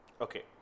Okay